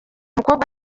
mukobwa